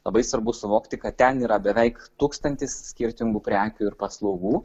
labai svarbu suvokti kad ten yra beveik tūkstantis skirtingų prekių ir paslaugų